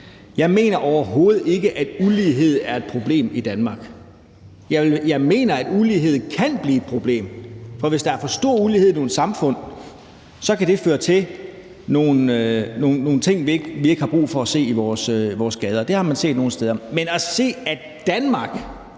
Jeg mener overhovedet ikke, at ulighed er et problem i Danmark. Jeg mener, at ulighed kan blive et problem, for hvis der er for stor ulighed i nogle samfund, kan det føre til nogle ting, vi ikke har brug for at se i vores gader, og det har man set nogle steder. Men at sige, at Danmark